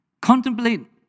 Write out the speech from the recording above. Contemplate